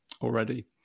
already